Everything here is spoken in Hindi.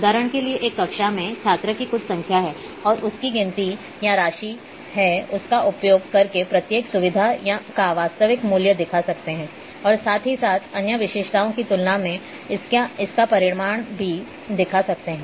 उदाहरण के लिए एक कक्षा में छात्र की कुछ संख्या है और उसकी एक गिनती या राशि है उसका उपयोग करके प्रत्येक सुविधा का वास्तविक मूल्य दिखा सकते हैं और साथ ही साथ अन्य विशेषताओं की तुलना में इसका परिमाण बी दिखा सकते हैं